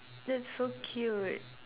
that's so cute